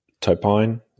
Topine